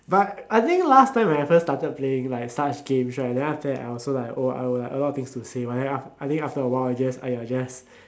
but I think last time when I first started playing like such games right then after that I was like oh I will like a lot of things to say but then aft~ I think after a while you just !aiya! just